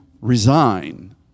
resign